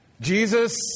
Jesus